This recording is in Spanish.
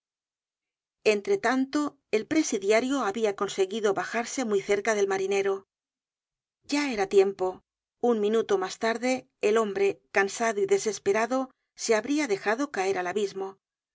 entre tanto el presidiario habia conseguido bajarse muy cerca del marinero ya era tiempo un minuto mas tarde el hombre cansado y desesperado se habría dejado caer al abismo el